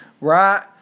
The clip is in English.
right